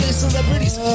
celebrities